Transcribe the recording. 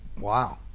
Wow